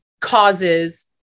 causes